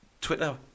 Twitter